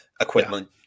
equipment